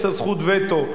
יש לה זכות וטו.